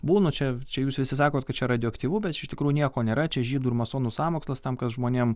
būnu čia čia jūs visi sakot kad čia radioaktyvu bet iš tikrųjų nieko nėra čia žydų ir masonų sąmokslas tam kad žmonėm